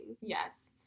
Yes